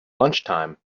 lunchtime